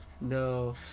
no